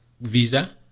visa